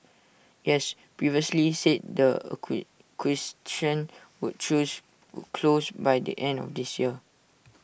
IT has previously said the would choose close by the end of this year